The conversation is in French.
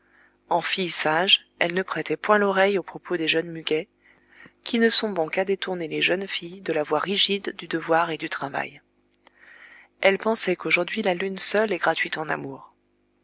en filles sages elles ne prêtaient point l'oreille aux propos des jeunes muguets qui ne sont bons qu'à détourner les jeunes filles de la voie rigide du devoir et du travail elles pensaient qu'aujourd'hui la lune seule est gratuite en amour